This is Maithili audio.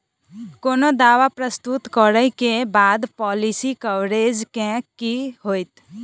कोनो दावा प्रस्तुत करै केँ बाद पॉलिसी कवरेज केँ की होइत?